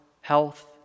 health